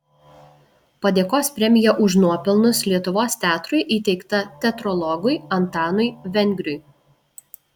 padėkos premija už nuopelnus lietuvos teatrui įteikta teatrologui antanui vengriui